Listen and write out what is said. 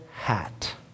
Hat